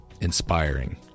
inspiring